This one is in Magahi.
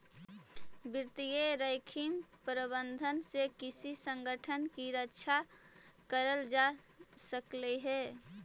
वित्तीय जोखिम प्रबंधन से किसी संगठन की रक्षा करल जा सकलई हे